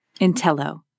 Intello